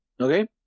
okay